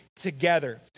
together